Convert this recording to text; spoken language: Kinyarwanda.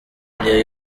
ariyo